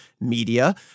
media